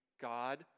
God